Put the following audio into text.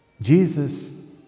Jesus